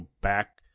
back